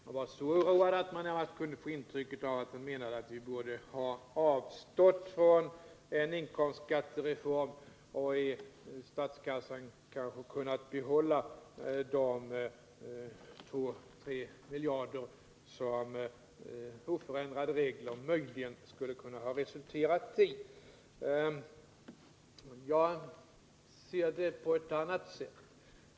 Han var så oroad att man närmast kunde få intrycket att han menade, att vi borde ha avstått från en inkomstskattereform och i statskassan kanske kunnat behålla de 2-3 miljarder som oförändrade regler möjligen skulle ha kunnat resultera i. Jag ser det på ett annat sätt.